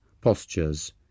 postures